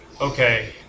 Okay